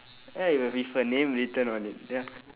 ya with her name written on it ya